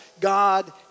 God